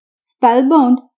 Spellbound